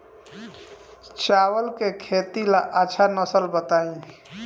चावल के खेती ला अच्छा नस्ल बताई?